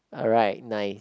alright nice